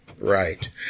Right